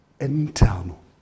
internal